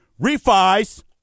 Refis